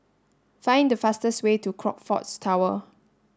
find the fastest way to Crockfords Tower